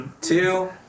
two